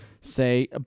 Say